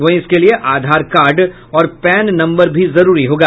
वहीं इसके लिए आधार कार्ड और पैन नंबर भी जरूरी होगा